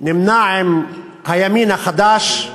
נמנה עם הימין החדש,